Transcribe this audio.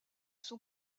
son